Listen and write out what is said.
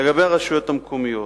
לגבי הרשויות המקומיות,